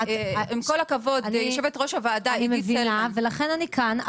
עם כל הכבוד ליושבת ראש הוועדה עידית סילמן -- אני מבינה ולכן אני כאן,